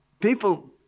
people